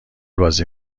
بازی